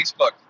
Facebook